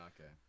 okay